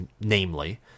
namely